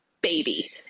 baby